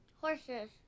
Horses